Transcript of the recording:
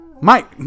Mike